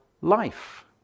life